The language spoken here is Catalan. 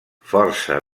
força